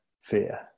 fear